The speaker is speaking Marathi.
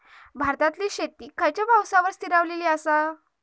भारतातले शेती खयच्या पावसावर स्थिरावलेली आसा?